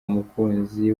umukunzi